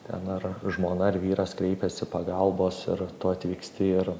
ten ar žmona ar vyras kreipiasi pagalbos ir tu atvyksti ir